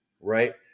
Right